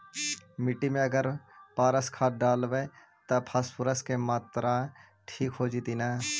मिट्टी में अगर पारस खाद डालबै त फास्फोरस के माऋआ ठिक हो जितै न?